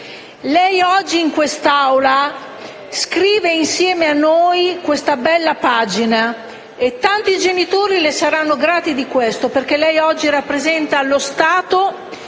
Lei oggi in quest'Assemblea scrive insieme a noi questa bella pagina e tanti genitori le saranno grati di ciò, perché lei oggi rappresenta lo Stato